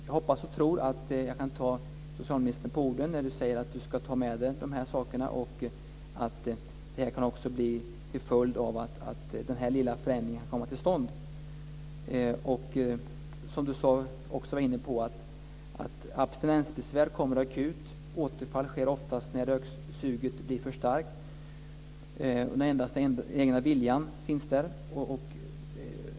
Jag hoppas och tror att jag kan ta socialministern på orden när han säger att han ska ta med sig de här sakerna och att detta kan få till följd att den här lilla förändringen kan komma till stånd. Som socialministern också var inne på kommer abstinensbesvär akut. Återfall sker oftast när röksuget blir för starkt, när endast den egna viljan finns där.